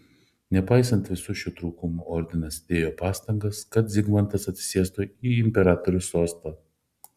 nepaisantį visų šių trūkumų ordinas dėjo pastangas kad zigmantas atsisėstų į imperatoriaus sostą